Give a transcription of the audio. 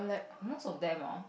most of them hor